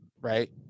right